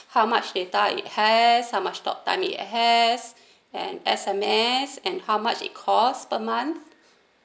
how much data it has how much talk time it has and S_M_S and how much it cost per month